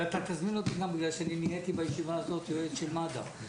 אבל אתה תזמין אותי גם כי אני נהייתי בישיבה הזאת יועץ של מד"א.